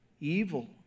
evil